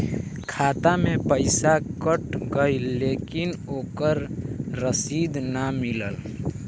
खाता से पइसा कट गेलऽ लेकिन ओकर रशिद न मिलल?